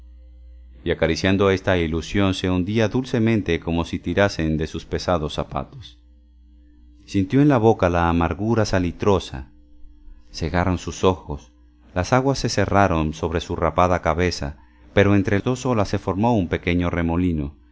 y acariciando esta ilusión se hundía dulcemente como si tirasen de sus pesados zapatos sintió en la boca la amargura salitrosa cegaron sus ojos las aguas se cerraron sobre su rapada cabeza pero entre dos olas se formó un pequeño remolino